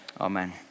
Amen